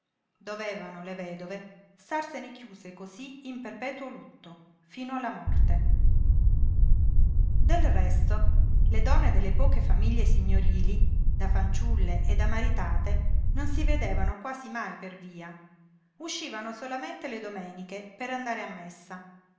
dovevano le vedove starsene chiuse cosí in perpetuo lutto fino alla morte del resto le donne delle poche famiglie signorili da fanciulle e da maritate non si vedevano quasi mai per via uscivano solamente le domeniche per andare a messa